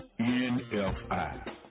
NFI